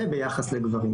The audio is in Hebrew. וביחס לגברים.